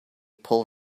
pull